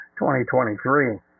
2023